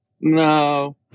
no